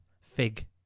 fig